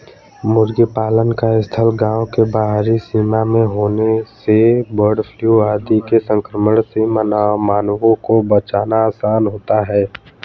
मुर्गी पालन का स्थल गाँव के बाहरी सीमा में होने से बर्डफ्लू आदि के संक्रमण से मानवों को बचाना आसान होता है